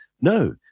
no